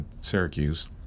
Syracuse